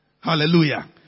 Hallelujah